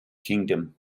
kingdom